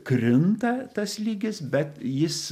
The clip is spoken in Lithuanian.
krinta tas lygis bet jis